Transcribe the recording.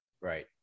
Right